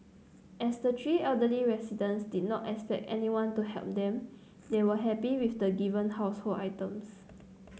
as the three elderly residents did not expect anyone to help them they were happy with the given household items